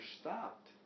stopped